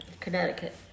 Connecticut